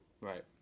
Right